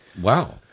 Wow